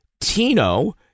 Tino